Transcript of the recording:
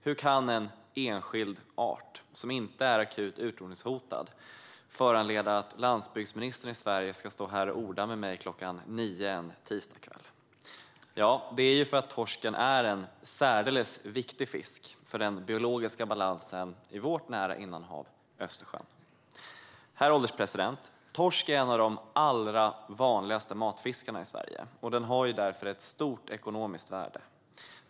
Hur kan en enskild art som inte är akut utrotningshotad föranleda att landsbygdsministern i Sverige ska stå här och orda med mig klockan nio en tisdagskväll? Ja, det är för att torsken är en särdeles viktig fisk för den biologiska balansen i vårt nära innanhav Östersjön. Herr ålderspresident! Torsk är en av de allra vanligaste matfiskarna i Sverige, och den har därför ett stort ekonomiskt värde.